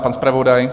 Pan zpravodaj?